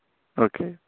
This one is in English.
okay